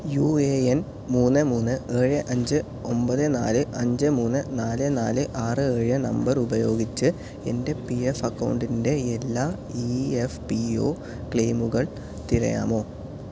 U A N മൂന്ന് മൂന്ന് ഏഴ് അഞ്ച് ഒമ്പത് നാല് അഞ്ചെ മൂന്നെ നാലെ നാലെ ആറ് ഏഴ് നമ്പർ ഉപയോഗിച്ച് എൻ്റെ പി എഫ് അക്കൗണ്ടിൻ്റെ എല്ലാ ഇ എഫ്പി ഒ ക്ലെയിമുകൾ തിരയാമോ